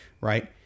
Right